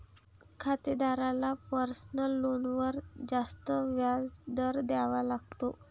खातेदाराला पर्सनल लोनवर जास्त व्याज दर द्यावा लागतो